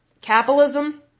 capitalism